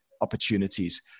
opportunities